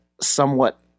somewhat